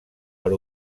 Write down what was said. per